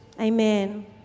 amen